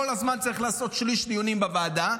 כל הזמן צריך לעשות שליש דיונים בוועדה,